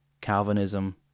Calvinism